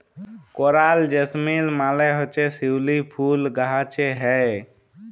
করাল জেসমিল মালে হছে শিউলি ফুল গাহাছে হ্যয়